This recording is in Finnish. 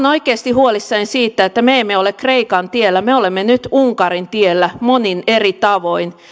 oikeasti huolissani siitä että me emme ole kreikan tiellä me olemme nyt unkarin tiellä monin eri tavoin